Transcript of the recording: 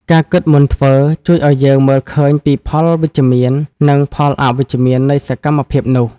ការគិតមុនធ្វើ ជួយឱ្យយើងមើលឃើញពីផលវិជ្ជមាន និងផលអវិជ្ជមាននៃសកម្មភាពនោះ។